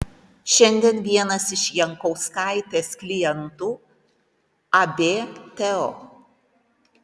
šiandien vienas iš jankauskaitės klientų ab teo